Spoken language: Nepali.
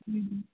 हजुर